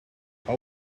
how